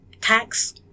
tax